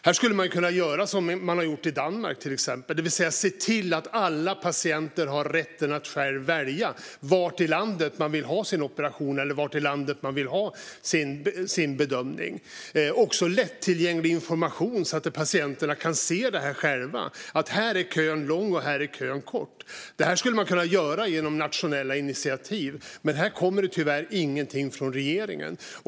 Här skulle man kunna göra som man till exempel gjort i Danmark, det vill säga att se till att alla patienter har rätten att själv välja var i landet de vill ha sin operation eller sin bedömning. Det handlar också om lättillgänglig information så att patienterna ska se det här själva. Här är kön lång, och här är kön kort. Det skulle man kunna göra genom nationella initiativ. Men här kommer det tyvärr ingenting från regeringen.